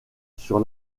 sur